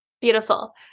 Beautiful